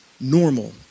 normal